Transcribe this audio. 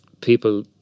people